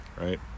Right